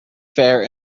fair